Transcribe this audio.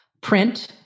print